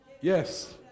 Yes